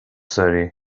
surrey